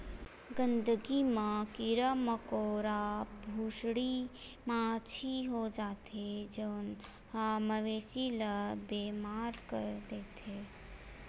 गंदगी म कीरा मकोरा, भूसड़ी, माछी हो जाथे जउन ह मवेशी ल बेमार कर देथे